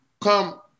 come